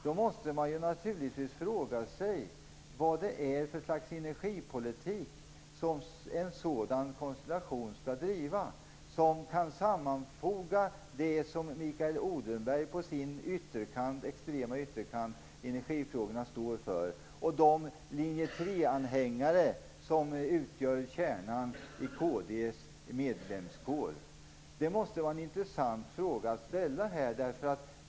Då måste man naturligtvis fråga sig vad det är för energipolitik som en sådan konstellation skall driva. Den skall ju sammanfoga det som Mikael Odenberg på sin extrema ytterkant i energifrågorna står för och det som de linje 3-anhängare som utgör kärnan i kd:s medlemskår står för. Det måste vara en intressant fråga att ställa här.